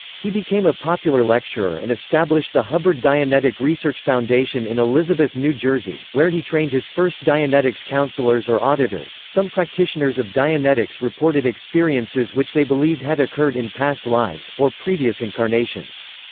he became a popular lecturer and established the hubbard dianetic research foundation in elizabeth, new jersey, where he trained his first dianetics counselors or auditors some practitioners of dianetics reported experiences which they believed had occurred in past lives, or previous incarnations.